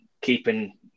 keeping